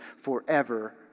forever